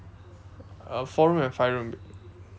uh four room and five room